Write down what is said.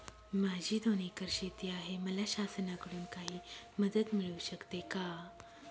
माझी दोन एकर शेती आहे, मला शासनाकडून काही मदत मिळू शकते का?